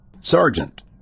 Sergeant